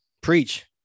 Preach